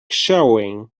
showing